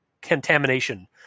contamination